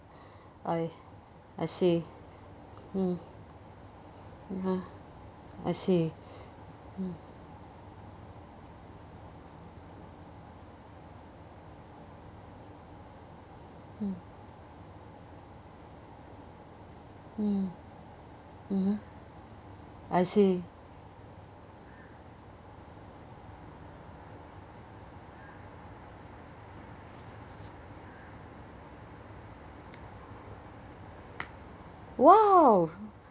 I I see mm ya I see mm mm mm mmhmm I see !wow!